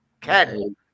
Ken